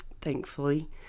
thankfully